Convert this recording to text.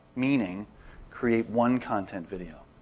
meaning create one content video.